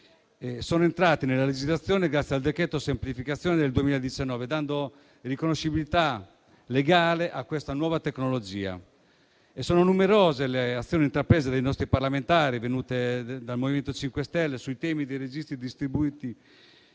sono entrati nella legislazione grazie al decreto-legge semplificazione nel 2019, dando riconoscibilità legale a questa nuova tecnologia. Sono numerose le azioni intraprese dai nostri parlamentari del Movimento 5 Stelle in tema di registri distribuiti